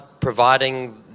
providing